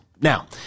Now